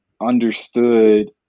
understood